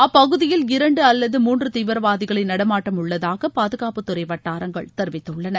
அப்பகுதியில் இரண்டு அல்லது மூன்று தீவிரவாதிகளின் நடமாட்டம் உள்ளதாக பாதுகாப்புத்துறை வட்டாரங்கள் தெரிவித்துள்ளன